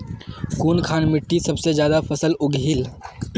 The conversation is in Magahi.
कुनखान मिट्टी सबसे ज्यादा फसल उगहिल?